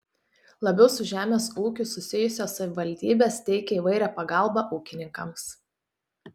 labiau su žemės ūkiu susijusios savivaldybės teikia įvairią pagalbą ūkininkams